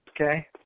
Okay